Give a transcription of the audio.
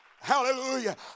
Hallelujah